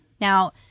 Now